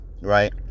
right